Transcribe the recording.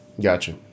Gotcha